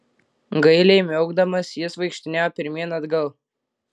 gailiai miaukdamas jis vaikštinėjo pirmyn atgal